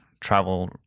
travel